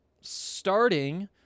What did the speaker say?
starting